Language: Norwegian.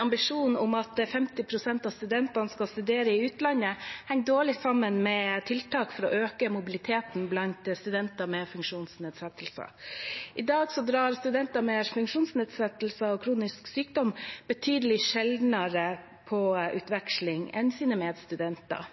ambisjon om at 50 pst. av studentene skal studere i utlandet, henger dårlig sammen med tiltak for å øke mobiliteten blant studenter med funksjonsnedsettelser. I dag drar studenter med funksjonsnedsettelser og kronisk sykdom betydelig sjeldnere på utveksling enn sine medstudenter.